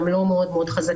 הם לא מאוד מאוד חזקים.